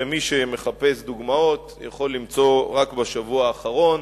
ומי שמחפש דוגמאות יכול למצוא רק בשבוע האחרון